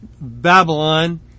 Babylon